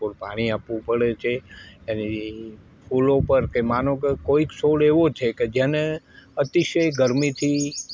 ભરપૂર પાણી આપવું પડે છે એને ફૂલો પર કે માનો કે કોઈક છોડ એવો છે કે જેને અતિશય ગરમીથી